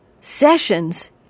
Sessions